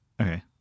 Okay